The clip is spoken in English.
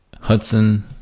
Hudson